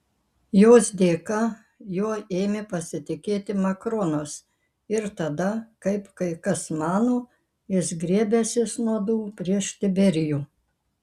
jos dėka juo ėmė pasitikėti makronas ir tada kaip kai kas mano jis griebęsis nuodų prieš tiberijų